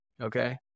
Okay